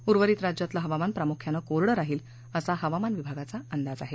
उर्वरित राज्यातलं हवामान प्रामुख्यानं कोरडं राहील असा हवामान विभागाचा अंदाज आहे